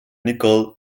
nicole